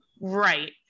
right